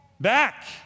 back